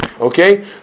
okay